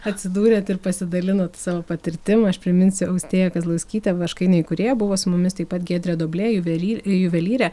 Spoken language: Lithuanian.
atsidūrėt ir pasidalinot savo patirtim aš priminsiu austėja kazlauskytė vaškainio įkūrėja buvo su mumis taip pat giedrė doblė juvely juvelyrė